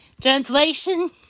Translation